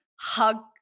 hug